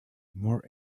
more